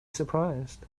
surprised